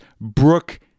Brooke